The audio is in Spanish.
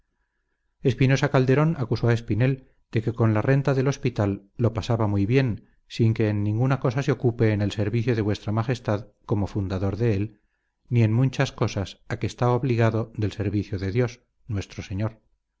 espinosa calderón acusó a espinel de que con la renta del hospital lo pasa muy bien sin que en ninguna cosa se ocupe en el servicio de v mag d como fundador dél ni en munchas cosas a questá obligado del seruicio de dios nuestro senor